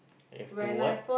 you have to what